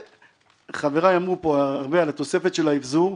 חבריי אמרו פה הרבה על התוספת של האבזור,